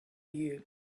you